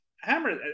Hammer